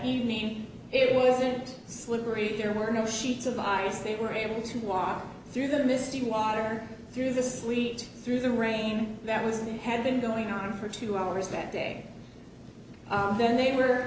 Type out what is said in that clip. evening it wasn't slippery there were no sheets of ice they were able to walk through the misty water through the sleet through the rain that was had been going on for two hours that day then they were